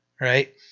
Right